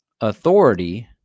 authority